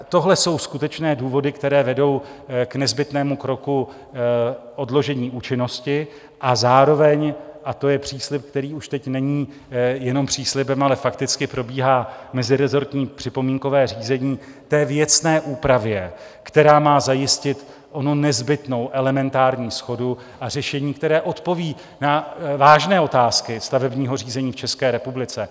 Tohle jsou skutečné důvody, které vedou k nezbytnému kroku odložení účinnosti, a zároveň, a to je příslib, který už teď není jenom příslibem, fakticky probíhá mezirezortní připomínkové řízení k věcné úpravě, která má zajistit onu nezbytnou elementární shodu, a řešení, které odpoví na vážné otázky stavebního řízení v České republice.